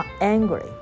angry